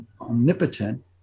omnipotent